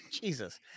Jesus